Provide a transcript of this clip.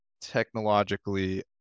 technologically